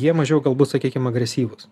jie mažiau kalbus sakykim agresyvūs